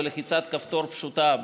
בלחיצת כפתור פשוטה,